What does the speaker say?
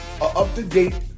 up-to-date